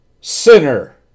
sinner